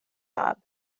job